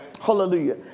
Hallelujah